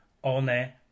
one